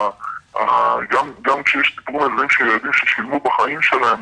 של ילדים ששילמו בחיים שלהם,